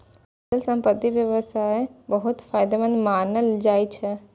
अचल संपत्तिक व्यवसाय बहुत फायदेमंद मानल जाइ छै